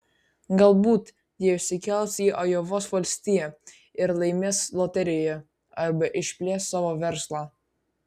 galbūt jie išsikels į ajovos valstiją ir laimės loterijoje arba išplės savo verslą